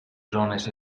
zones